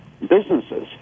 businesses